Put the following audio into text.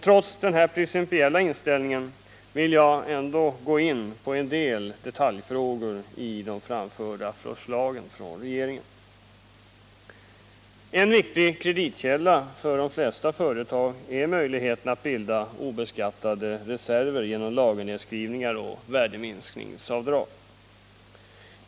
Trots denna principiella inställning vill jag ändå gå in på en del detaljfrågor i de framförda förslagen från regeringen. En viktig kreditkälla för de flesta företag är möjligheten att bilda obeskattade = reserver genom =: lagernedskrivningar och = värdeminskningsavdrag.